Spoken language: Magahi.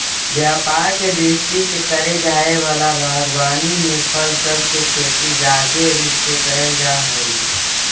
व्यापार के दृष्टि से करे जाए वला बागवानी में फल सब के खेती जादे रूप से कयल जा हई